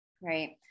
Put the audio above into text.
right